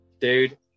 dude